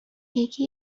یکی